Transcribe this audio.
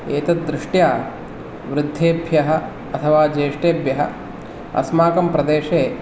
एतद् दृष्ट्या वृद्धेभ्यः अथवा ज्येष्ठेभ्यः अस्माकं प्रदेशे